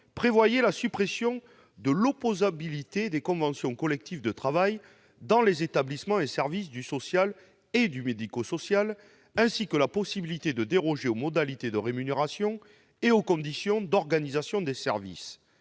prévoyait la suppression de l'opposabilité des conventions collectives de travail dans les établissements et services du social et du médico-social, ainsi que la possibilité de déroger aux règles de rémunération et d'organisation des services.